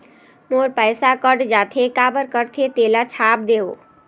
मोर पैसा कट जाथे काबर कटथे तेला छाप देव?